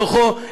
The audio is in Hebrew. בתוכו,